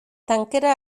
tankera